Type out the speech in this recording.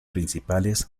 principales